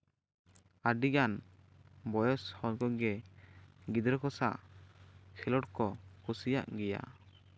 ᱟᱹᱰᱤᱜᱟᱱ ᱵᱚᱭᱚᱥ ᱦᱚᱲ ᱠᱚᱜᱮ ᱜᱤᱫᱽᱨᱟᱹ ᱠᱚ ᱥᱟᱶ ᱠᱷᱮᱞᱳᱰ ᱠᱚ ᱠᱩᱥᱤᱭᱟᱜ ᱜᱮᱭᱟ